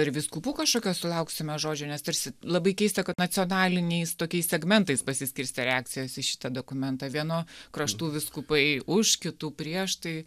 ir vyskupų kažkokio sulauksime žodžio nes tarsi labai keista kad nacionaliniais tokiais segmentais pasiskirstė reakcijos į šitą dokumentą vieno kraštų vyskupai už kitų prieš tai